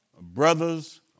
Brothers